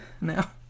now